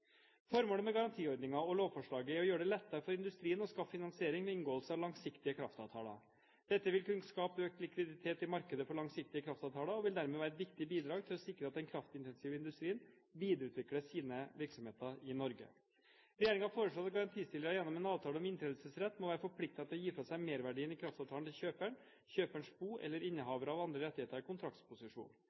Formålet med garantiordningen og lovforslaget er å gjøre det lettere for industrien å skaffe finansiering ved inngåelse av langsiktige kraftavtaler. Dette vil kunne skape økt likviditet i markedet for langsiktige kraftavtaler og vil dermed være et viktig bidrag til å sikre at den kraftintensive industrien videreutvikler sine virksomheter i Norge. Regjeringen foreslår at garantistiller gjennom en avtale om inntredelsesrett må være forpliktet til å gi fra seg merverdien i kraftavtalen til kjøperen, kjøperens bo eller innehavere av andre rettigheter